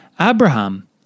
Abraham